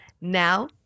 Now